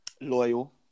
loyal